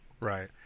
right